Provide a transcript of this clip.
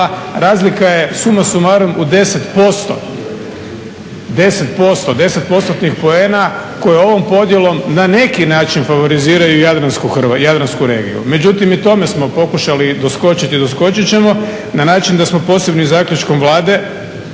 razlika je summa summarum u 10%-tnih poena koji ovom podjelom na neki način favoriziraju Jadransku regiju. Međutim i tome smo pokušali doskočiti i doskočit ćemo na način da smo posebnim zaključkom Vlade